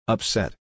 Upset